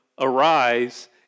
arise